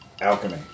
Alchemy